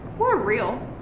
real.